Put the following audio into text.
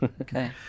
Okay